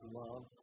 love